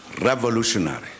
revolutionary